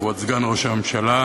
כבוד סגן ראש הממשלה,